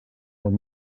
were